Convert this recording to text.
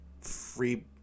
free